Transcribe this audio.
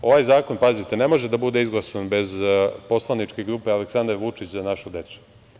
Ovaj zakon, pazite, ne može da bude izglasan bez Poslaničke grupe Aleksandar Vučić – Za našu decu.